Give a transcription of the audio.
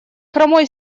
хромой